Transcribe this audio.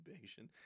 patient